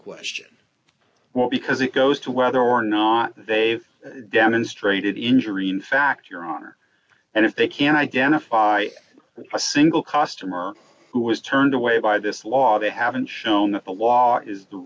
question because it goes to whether or not they've demonstrated injury in fact your honor and if they can identify a single customer who was turned away by this law they haven't shown that the law is the